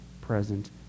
present